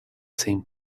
same